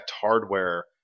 hardware